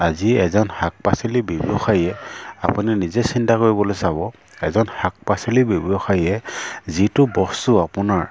আজি এজন শাক পাচলিৰ ব্যৱসায়ীয়ে আপুনি নিজে চিন্তা কৰিবলৈ চাব এজন শাক পাচলি ব্যৱসায়ীয়ে যিটো বস্তু আপোনাৰ